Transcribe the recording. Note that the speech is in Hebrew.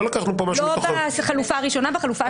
לא בחלופה הראשונה אלא בחלופה השנייה.